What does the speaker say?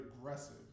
aggressive